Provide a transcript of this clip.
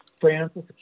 Francis